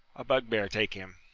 a bugbear take him!